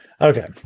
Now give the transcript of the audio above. Okay